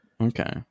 Okay